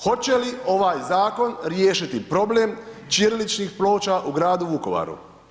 Hoće li ovaj zakon riješiti problem ćiriličnih ploča u gradu Vukovaru?